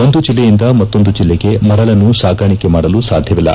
ಒಂದು ಜಲ್ಲೆಯಿಂದ ಮತ್ತೊಂದು ಜಲ್ಲೆಗೆ ಮರಳನ್ನು ಸಾಗಾಣಿಕೆ ಮಾಡಲು ಸಾಧ್ಯವಿಲ್ಲ